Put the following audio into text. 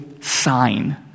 sign